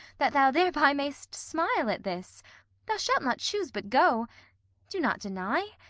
that thou thereby mayst smile at this thou shalt not choose but go do not deny.